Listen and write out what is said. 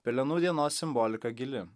pelenų dienos simbolika gili